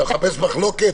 אתה מחפש מחלוקת?